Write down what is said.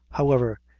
however,